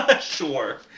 Sure